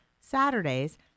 Saturdays